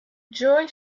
joy